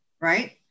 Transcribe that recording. right